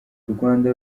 rwanda